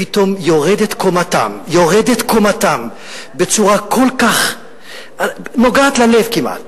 פתאום יורדת קומתם בצורה כל כך נוגעת ללב כמעט,